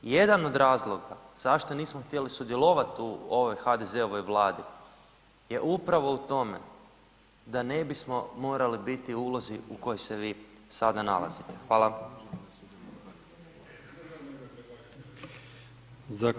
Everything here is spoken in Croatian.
Jedan od razloga zašto nismo htjeli sudjelovat u ovoj HDZ-ovoj Vladi, je upravo u tome da ne bismo morali biti u ulozi u kojoj se vi sada nalazite, hvala.